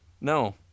No